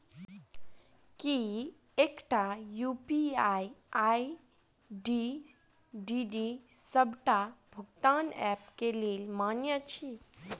की एकटा UPI ID D सबटा भुगतान ऐप केँ लेल मान्य अछि?